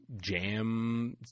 jam